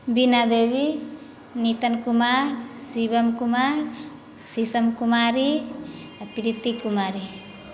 बीना देवी नीतन कुमार शिवम कुमार शीशम कुमारी आ प्रीति कुमारी